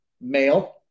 male